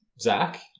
Zach